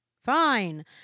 Fine